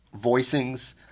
voicings